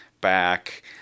back